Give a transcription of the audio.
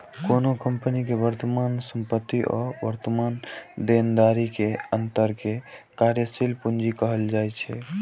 कोनो कंपनी के वर्तमान संपत्ति आ वर्तमान देनदारी के अंतर कें कार्यशील पूंजी कहल जाइ छै